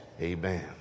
Amen